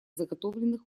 заготовленных